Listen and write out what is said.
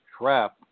trap